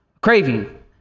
craving